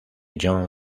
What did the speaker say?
john